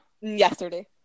Yesterday